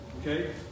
okay